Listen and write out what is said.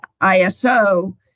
ISO